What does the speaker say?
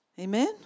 Amen